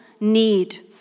need